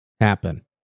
happen